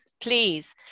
please